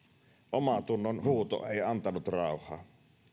omantunnon huuto ei antanut rauhaa